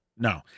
No